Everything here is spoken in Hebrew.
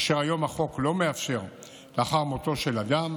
אשר החוק היום לא מאפשר לאחר מותו של אדם,